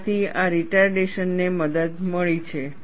જેનાથી આ રિટારડેશન ને મદદ મળી છે